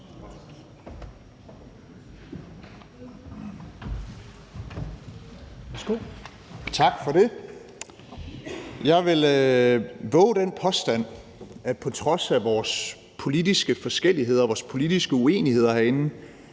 Tak for det. Jeg vil vove den påstand, at på trods af vores politiske forskelligheder